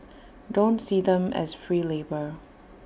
don't see them as free labour